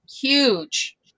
huge